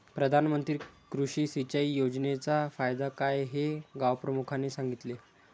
प्रधानमंत्री कृषी सिंचाई योजनेचा फायदा काय हे गावप्रमुखाने सांगितले